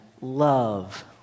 love